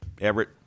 Everett